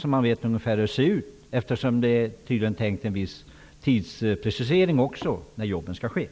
Det är tydligen tänkt att det skall vara en viss tidsprecisering för när jobben skall göras.